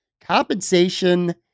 Compensation